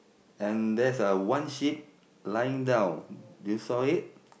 and there's a one sheep lying down do you saw it